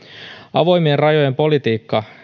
avoimien rajojen politiikka